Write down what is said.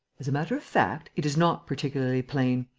as a matter of fact, it is not particularly plain.